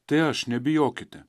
tai aš nebijokite